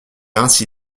ainsi